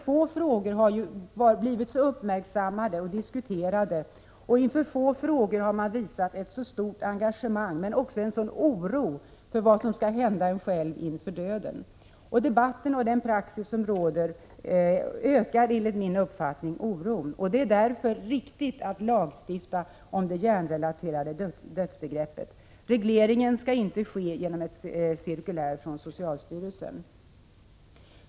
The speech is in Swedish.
Få frågor har ju blivit så uppmärksammade och diskuterade som denna, och inför få frågor har det visats ett så stort engagemang men också en sådan oro för vad som skall hända med en själv inför döden. Debatten och den praxis som råder ökar enligt min uppfattning oron. Det är därför riktigt att lagstifta om det hjärnrelaterade dödsbegreppet. Regleringen skall inte ske genom ett cirkulär från socialstyrelsen.